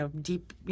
deep